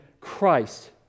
Christ